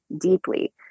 deeply